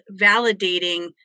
validating